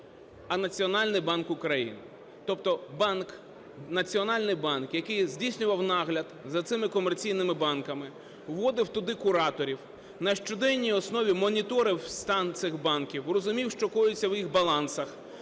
а Національний банк України. Тобто банк, Національний банк, який здійснював нагляд за цими комерційними банками вводив туди кураторів, на щоденній основі моніторив стан цих банків, розумів, що коється в їх балансах,